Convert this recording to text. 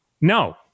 No